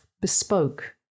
bespoke